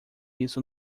isso